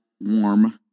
warm